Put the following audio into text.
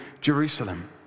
Jerusalem